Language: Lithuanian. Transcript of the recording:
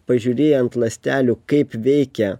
pažiūrėję ant ląstelių kaip veikia